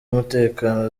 umutekano